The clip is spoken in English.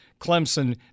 Clemson